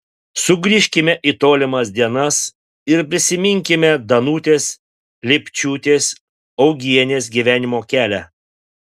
sugrįžkime į tolimas dienas ir prisiminkime danutės lipčiūtės augienės gyvenimo kelią